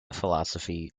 philosophy